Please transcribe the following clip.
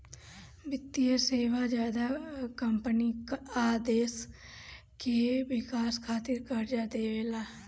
वित्तीय सेवा ज्यादा कम्पनी आ देश के विकास खातिर कर्जा देवेला